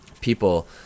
people